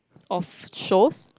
of shows